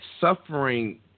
suffering